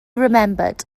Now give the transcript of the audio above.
remembered